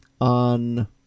on